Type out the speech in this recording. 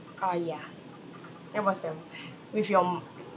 orh ya it was um with your